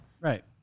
Right